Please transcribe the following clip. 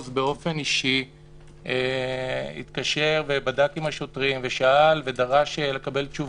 באופן אישי התקשר ובדק עם השוטרים ושאל ודרש לקבל תשובות.